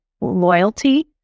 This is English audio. loyalty